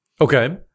okay